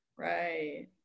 right